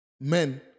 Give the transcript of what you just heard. men